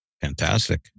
Fantastic